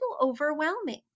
overwhelming